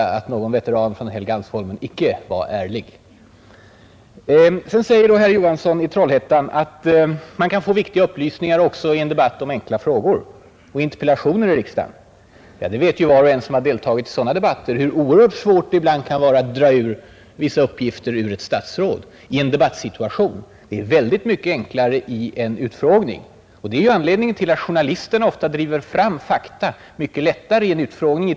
Den är väl onödig? Utfrågningen kan vi ha också innanför slutna dörrar, menar man. Det är klart att man kan.